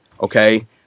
Okay